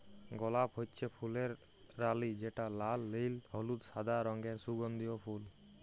গলাপ হচ্যে ফুলের রালি যেটা লাল, নীল, হলুদ, সাদা রঙের সুগন্ধিও ফুল